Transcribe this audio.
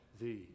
Thee